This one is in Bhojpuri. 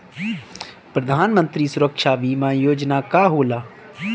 प्रधानमंत्री सुरक्षा बीमा योजना का होला?